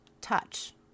touch